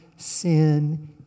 Sin